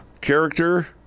character